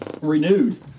Renewed